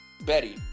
Betty